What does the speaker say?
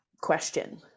question